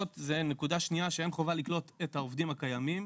נקודה שנייה, אין חובה לקלוט את העובדים הקיימים.